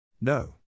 No